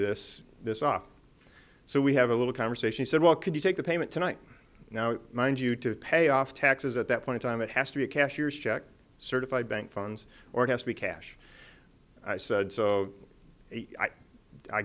this this off so we have a little conversation he said well could you take the payment tonight now mind you to pay off taxes at that point time it has to be a cashier's check certified bank funds or it has to be cash